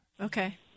Okay